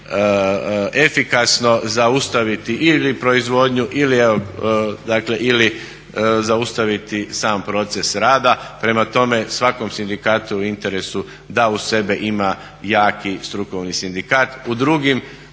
i efikasno zaustaviti ili proizvodnju ili zaustaviti sam proces rada. Prema tome, svakom sindikatu je u interesu da uz sebe ima jaki strukovni sindikat.